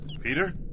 Peter